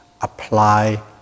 apply